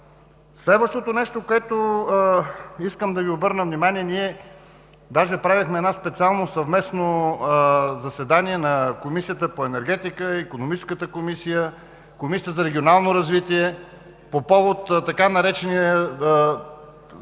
Следващото нещо, на което искам да Ви обърна внимание – ние даже правихме едно специално съвместно заседание на Комисията по енергетика, Икономическата комисия и Комисията по регионално развитие и благоустройство по повод така наречените